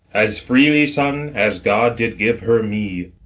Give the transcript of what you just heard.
as freely, son, as god did give her me.